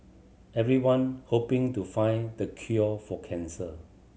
everyone hoping to find the cure for cancer